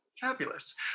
Fabulous